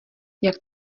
jak